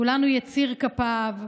כולנו יציר כפיו,